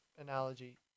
analogy